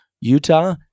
Utah